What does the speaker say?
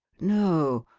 no,